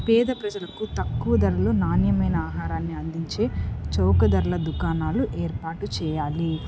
పేద ప్రజలకు తక్కువ ధరలు నాణ్యమైన ఆహారాన్ని అందించే చౌక ధరల దుకాణాలు ఏర్పాటు చెయ్యాలి